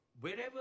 wherever